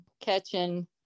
catching